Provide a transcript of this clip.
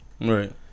Right